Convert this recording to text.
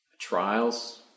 trials